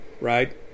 right